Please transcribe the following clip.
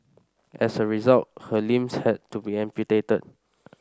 as a result her limbs had to be amputated